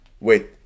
Wait